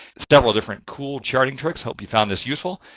it's devil, different cool charting tricks. hope you found this useful.